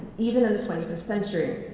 even in the twenty first century.